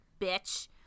bitch